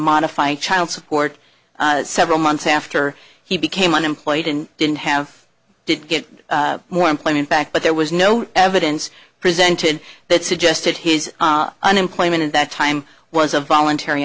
modify child support several months after he became unemployed and didn't have to get more employment back but there was no evidence presented that suggested his unemployment at that time was a voluntary